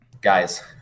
Guys